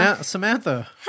Samantha